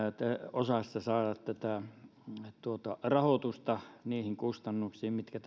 osassa saada tätä rahoitusta niihin kustannuksiin mitkä